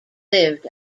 lived